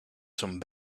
some